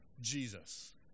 Jesus